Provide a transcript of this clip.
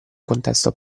contesto